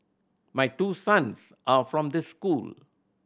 my two sons are from this school